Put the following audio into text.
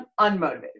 unmotivated